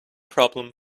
problem